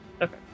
Okay